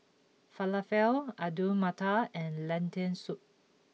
Falafel Alu Matar and Lentil soup